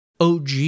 OG